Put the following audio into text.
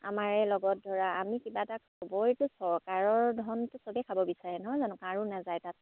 আমাৰে লগত ধৰা আমি কিবা তাক সবৰেতো চৰকাৰৰ ধনটো সবেই খাব বিচাৰে নহয় জানো কাৰো নাযায় তাত